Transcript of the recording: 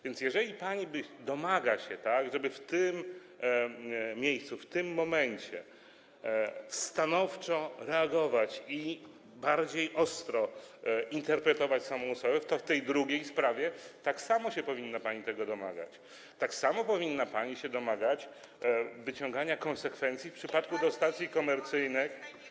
Więc jeśli pani domaga się, żeby w tym miejscu, w tym momencie stanowczo reagować i bardziej ostro interpretować samą osobę, to w tej drugiej sprawie tak samo powinna się pani tego domagać, tak samo powinna pani się domagać wyciągania konsekwencji w przypadku stacji komercyjnych.